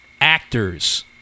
actors